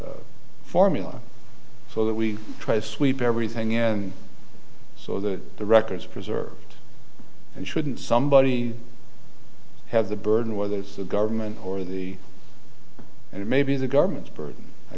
formula so that we try to sweep everything in so that the records are preserved and shouldn't somebody have the burden whether it's the government or the and it may be the government's burd